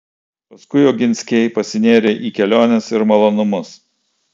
paskui oginskiai pasinėrė į keliones ir malonumus